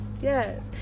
yes